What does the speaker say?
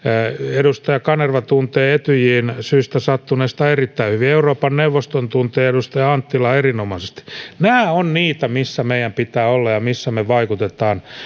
edustaja kanerva tuntee etyjin syystä sattuneesta erittäin hyvin euroopan neuvoston tuntee edustaja anttila erinomaisesti nämä ovat niitä missä meidän pitää olla ja missä me vaikutamme